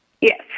Yes